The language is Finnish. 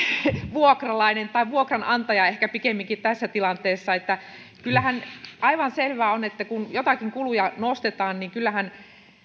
vuokralainen tai vuokranantaja ehkä pikemminkin tässä tilanteessa kyllähän aivan selvää on että kun joitakin kuluja nostetaan niin kyllähän